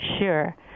Sure